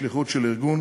בשליחות של ארגון